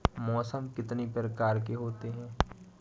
मौसम कितनी प्रकार के होते हैं?